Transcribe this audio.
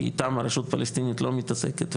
כי איתם הרשות הפלסטינית לא מתעסקת.